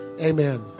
Amen